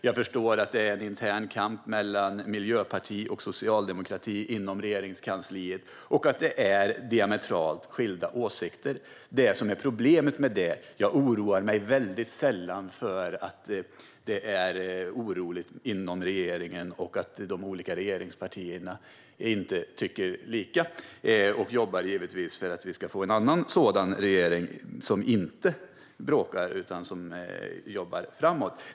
Jag förstår att det är en intern kamp mellan Miljöpartiet och socialdemokratin inom Regeringskansliet och att man har diametralt skilda åsikter. Jag oroar mig sällan för att det är oroligt inom regeringen och för att de olika regeringspartierna inte tycker likadant. Jag jobbar givetvis för att vi ska få en annan regering, som inte bråkar utan som jobbar framåt.